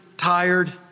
Tired